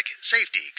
safety